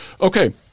Okay